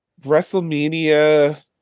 Wrestlemania